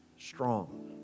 strong